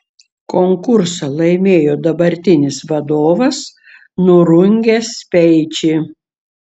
konkursą laimėjo dabartinis vadovas nurungęs speičį